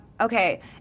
okay